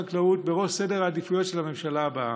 החקלאות בראש סדר העדיפויות של הממשלה הבאה.